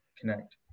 connect